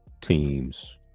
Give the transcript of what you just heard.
teams